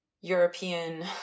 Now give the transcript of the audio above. European